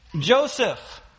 Joseph